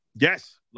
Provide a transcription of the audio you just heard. Yes